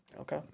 Okay